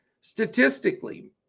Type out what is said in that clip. Statistically